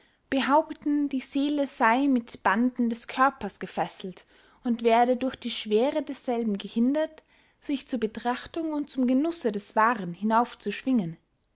behaupten die seele sey mit banden des körpers gefesselt und werde durch die schwere desselben gehindert sich zur betrachtung und zum genusse des wahren